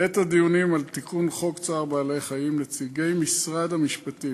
בעת הדיונים על תיקון חוק צער בעלי-חיים נציגי משרד המשפטים